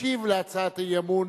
ישיב על הצעת האי-אמון